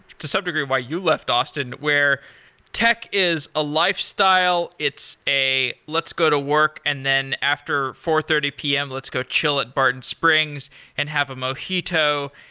to some degree, why you left austin, where tech is a lifestyle. it's a, let's go to work and then after four thirty p m, let's go chill at barton springs and have a mojito.